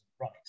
right